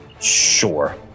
Sure